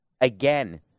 Again